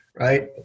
right